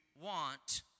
want